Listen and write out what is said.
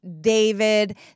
David